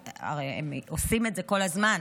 הרי הם עושים את זה כל הזמן,